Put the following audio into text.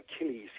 Achilles